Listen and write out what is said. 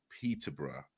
Peterborough